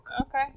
Okay